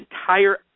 entire